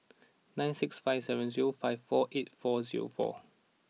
nine six five seven zero five four eight four zero four